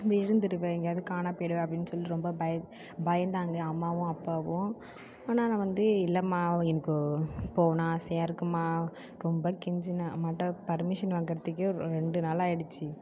விழுந்துடுவே எங்கேயாது காணாம போய்டுவே அப்படின்னு சொல்லி ரொம்ப பயந்தாங்க அம்மாவும் அப்பாவும் ஆனால் நான் வந்து இல்லைம்மா எனக்கு போகணுன்னு ஆசையாக இருக்கும்மா ரொம்ப கெஞ்சினே அம்மாகிட்ட பர்மிஷன் வாங்குறதுக்கே ரெண்டு நாள் ஆகிடுச்சி